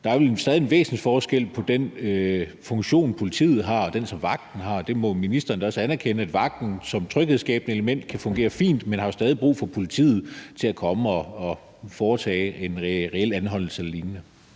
er vel stadig en væsentlig forskel på den funktion, politiet har, og den funktion, som vagten har. Ministeren må da også anerkende, at vagten som tryghedsskabende element kan fungere fint, men jo stadig har brug for politiet til at komme og foretage en reel anholdelse eller lignende.